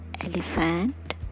Elephant